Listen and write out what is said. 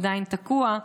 עדיין תקוע.